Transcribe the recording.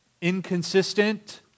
inconsistent